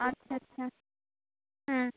আচ্ছা আচ্ছা হুম